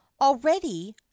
already